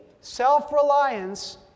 self-reliance